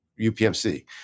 UPMC